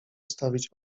stawić